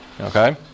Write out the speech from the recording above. Okay